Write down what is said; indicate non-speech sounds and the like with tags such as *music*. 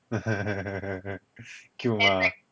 *laughs* cute mah